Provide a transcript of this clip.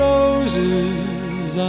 Roses